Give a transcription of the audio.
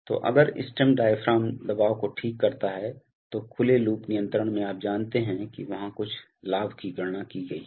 तो अगर stem diaphragm दबाव को ठीक करता है तो खुले लूप नियंत्रण में आप जानते हैं कि वहाँ कुछ लाभ की गणना की गई है